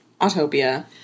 Autopia